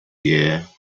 year